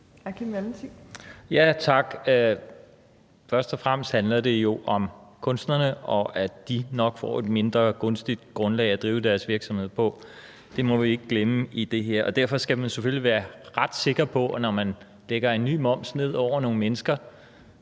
(V): Tak. Først og fremmest handler det jo om kunstnerne og om, at de nok får et mindre gunstigt grundlag at drive deres virksomhed på. Det må vi ikke glemme i det her. Derfor skal man selvfølgelig, når man lægger en ny moms ned over nogle mennesker,